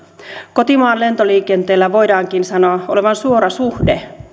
kotimaan lentoliikenteellä voidaankin sanoa olevan suora suhde